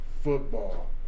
football